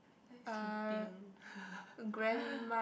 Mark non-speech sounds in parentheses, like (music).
(noise) sleeping (laughs)